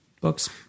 Books